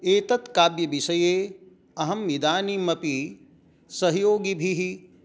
एतत् काव्यविषये अहम् इदानीमपि सहयोगिभिः